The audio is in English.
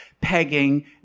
Pegging